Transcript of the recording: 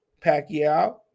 Pacquiao